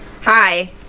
Hi